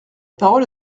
parole